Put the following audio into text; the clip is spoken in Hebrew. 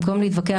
במקום להתווכח,